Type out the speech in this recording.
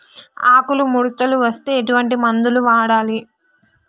ఆకులు ముడతలు వస్తే ఎటువంటి మందులు వాడాలి?